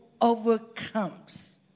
overcomes